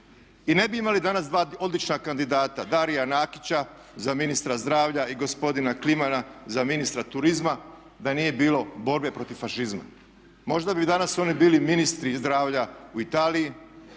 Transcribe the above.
i ne bi imali danas dva odlična kandidata Darija Nakića za ministra zdravlja i gospodina Klimana za ministra turizma da nije bilo borbe protiv fašizma. Možda bi danas oni bili ministri zdravlja u Italiji,